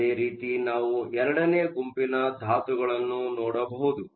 ಅದೇ ರೀತಿ ನಾವು II ನೇ ಗುಂಪಿನ ಧಾತುಗಳನ್ನು ನೋಡಬಹುದು